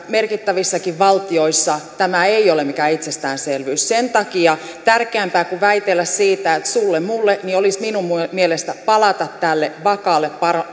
merkittävissäkin valtioissa tämä ei ole mikään itsestäänselvyys sen takia tärkeämpää kuin väitellä siitä että sulle mulle olisi minun mielestäni palata tälle vakaalle